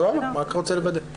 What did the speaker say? סבבה, רק רוצה לוודא.